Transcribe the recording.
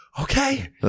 okay